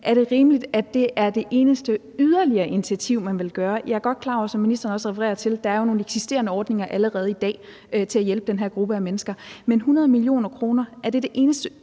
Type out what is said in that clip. Er det rimeligt, at det er det eneste yderligere initiativ, man vil tage? Jeg er godt klar over, hvad ministeren også refererer til, at der jo er nogle eksisterende ordninger allerede i dag til at hjælpe den her gruppe af mennesker. Men er de 100 mio. kr. det eneste